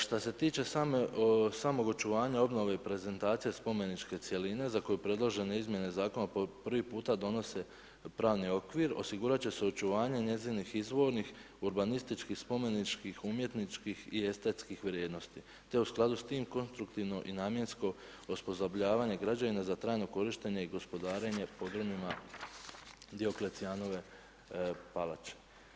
Šta se tiče samog očuvanja obnove i prezentacije spomeničke cjeline za koju predložene izmjene zakona po prvi puta donose pravni okvir osigurat će se osiguranje njezinih izvornih, urbanističkih, spomeničkih, umjetničkih i estetskih vrijednosti te u skladu s tim konstruktivno i namjensko osposobljavanje građevina za trajno korištenje i gospodarenje podrumima Dioklecijanove palače.